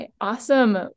Awesome